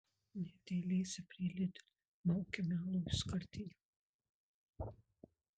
net eilėse prie lidl maukiame alų iš skardinių